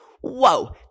Whoa